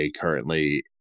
currently